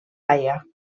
haia